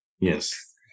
Yes